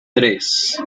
tres